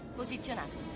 posizionato